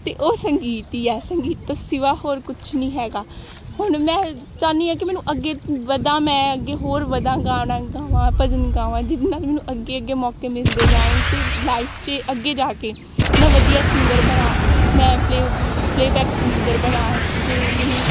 ਅਤੇ ਉਹ ਸੰਗੀਤ ਹੀ ਆ ਸੰਗੀਤ ਤੋਂ ਸਿਵਾ ਹੋਰ ਕੁਛ ਨਹੀਂ ਹੈਗਾ ਹੁਣ ਮੈਂ ਚਾਹੁੰਦੀ ਹਾਂ ਕਿ ਮੈਨੂੰ ਅੱਗੇ ਵਧਾ ਮੈਂ ਅੱਗੇ ਹੋਰ ਵਧਾ ਗਾਣਾ ਗਾਵਾਂ ਭਜਨ ਗਾਵਾਂ ਜਿਹਦੇ ਨਾਲ ਮੈਨੂੰ ਅੱਗੇ ਅੱਗੇ ਮੌਕੇ ਮਿਲਦੇ ਜਾਣ ਅਤੇ ਲਾਈਫ 'ਚ ਅੱਗੇ ਜਾ ਕੇ ਮੈਂ ਵਧੀਆ ਸਿੰਗਰ ਬਣਾ ਮੈਂ ਪਲੇਅ ਗਰੁ ਪਲੇਅਬੈਕ ਸਿੰਗਰ ਬਣਾ ਅਤੇ ਮੈਨੂੰ